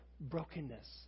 brokenness